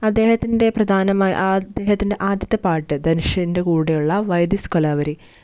അദ്ദേഹത്തിൻ്റെ പ്രധാനമായ അദ്ദേഹത്തിൻ്റെ ആദ്യത്തെ പാട്ട് ധനുഷിന്റെ കൂടെയുള്ള വയ് ദിസ് കൊലവെറി